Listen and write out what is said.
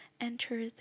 enter